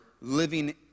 living